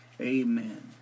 Amen